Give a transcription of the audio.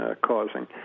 causing